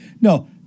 No